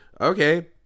Okay